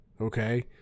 okay